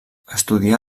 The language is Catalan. estudià